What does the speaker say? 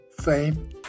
fame